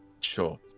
Sure